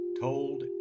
told